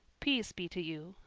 peace be to you.